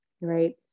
right